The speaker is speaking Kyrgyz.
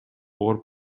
ооруп